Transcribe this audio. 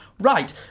Right